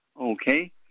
Okay